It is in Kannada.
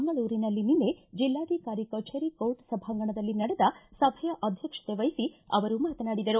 ಮಂಗಳೂರಿನಲ್ಲಿ ನಿನ್ನೆ ಜಿಲ್ಲಾಧಿಕಾರಿ ಕಚೇರಿ ಕೋರ್ಟ್ ಸಭಾಂಗಣದಲ್ಲಿ ನಡೆದ ಸಭೆಯ ಅಧ್ಯಕ್ಷತೆ ವಹಿಸಿ ಅವರು ಮಾತನಾಡಿದರು